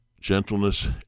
Gentleness